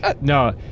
no